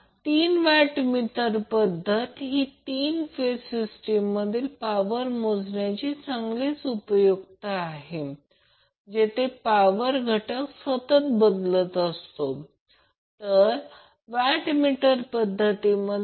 आता जर पॉझिटिव्ह असेल तर लोड इंडक्टिव्ह असेल याचा अर्थ जर P2 P1 असेल तर लोड इंडक्टिव्ह असेल जर P2 P1 असेल तर लोड कपासीटीव्ह असेल